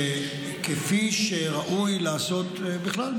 שכפי שראוי לעשות בכלל,